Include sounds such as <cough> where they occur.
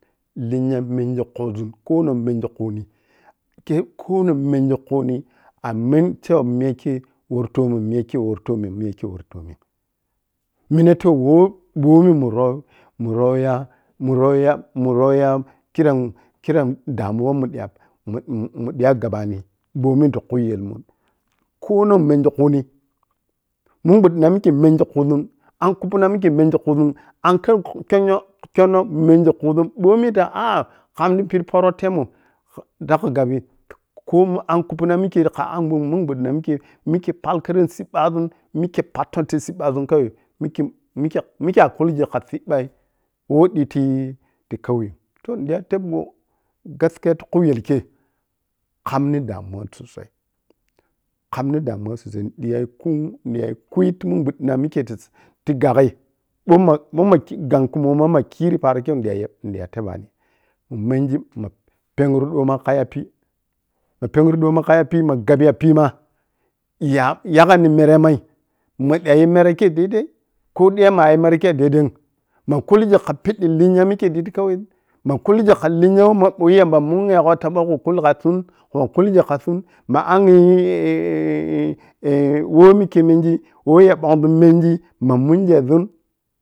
Lenya mengi khuzun konong mengie khuki kei konong mengi khuni amen cewa miyake worri tomon miyakei wortommin miyakei woritomnin miyakei woritomnin minatewo ɓomi murrou munrouya munrouya. Munnong kiram-kirm damuwa mundi mu mudi glabani mɓomi ti khu yel mun konon mengi khuni min ɓuddi na mikkei meng khuzun, a’nkubpuna mikke mengi khuzu a’nkerkonyo kyonno mengi khuzun mbami a’a kamni tipiƌi polro temou dakkhku ga ko mu a’nkubpuna mikkei kha anbuddmamikkei-mikkei pallou kedang sibba mikke patton ti siɓɓazun kawai mikkei mikkei-mikkei a’kulgi wa sibbai who diti ti kauyem toh nita tebgbo gaskiya ti khu yel kei kamnin damuwa sosai-ba nin damuwa sosai niƌayi kui niyayi kunyiwa ti mun buƌƌuna mikkei ti-ti gakhyi mba mɓomi ma ganyi kumo ma-ma-makhiri pan kei ni day-nidayi tebani munmenji ne pengne aro ma kha ya poy ma penyi ƌo ma kha ya piy ma gabbi ya piyma ya-yagai nin meremai ma ƌayi mere kei dai dai. Ko diya magu mere kei’m’adaidai’m ma kulgi kha piƌƌi lenya mikkei ƌiging ti kauye, ma kulgi kha lenya ɓou who yam ba munwegho ta ɓou kho kulkazun. Kul kulgikasun ma angyi <hesitation> who mikkei mengi, woh yambongzum men gi mamungezun?